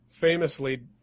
famously